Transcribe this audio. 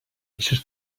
eixes